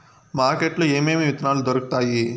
market లో ఏమేమి విత్తనాలు దొరుకుతాయి